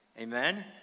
Amen